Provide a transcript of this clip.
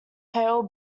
pale